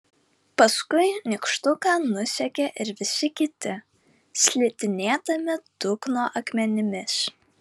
paskui nykštuką nusekė ir visi kiti slidinėdami dugno akmenimis